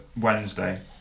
Wednesday